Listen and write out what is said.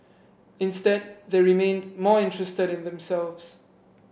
instead they remained more interested in themselves